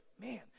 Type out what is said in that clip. Man